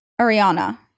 Ariana